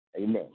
Amen